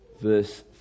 verse